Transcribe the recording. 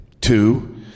Two